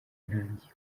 ntangiye